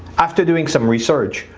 after doing some research,